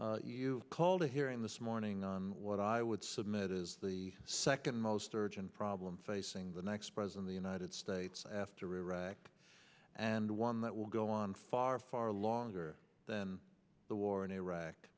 you called a hearing this morning on what i would submit is the second most urgent problem facing the next president the united states after iraq and one that will go on far far longer than the war in iraq